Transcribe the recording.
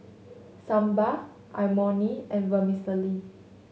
Sambar Imoni and Vermicelli